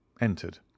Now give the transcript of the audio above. entered